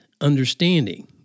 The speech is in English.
understanding